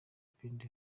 pendo